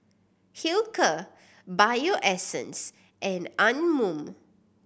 Hilker Bio Essence and Anmum